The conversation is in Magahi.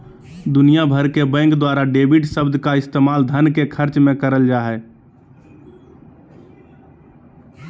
दुनिया भर के बैंक द्वारा डेबिट शब्द के इस्तेमाल धन के खर्च मे करल जा हय